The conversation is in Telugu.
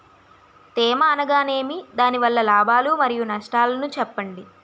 తేమ అనగానేమి? దాని వల్ల లాభాలు మరియు నష్టాలను చెప్పండి?